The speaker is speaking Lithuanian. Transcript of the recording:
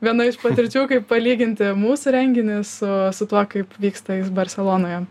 viena iš patirčių kaip palyginti mūsų renginį su su tuo kaip vyksta jis barselonoje